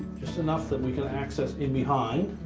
just enough that we can access in behind.